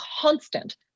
constant